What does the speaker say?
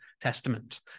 Testament